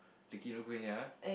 the Kinokuniya